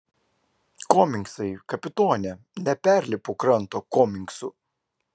komingsai kapitone neperlipu kranto komingsų